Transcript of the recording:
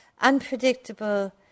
unpredictable